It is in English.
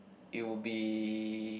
it will be